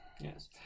Yes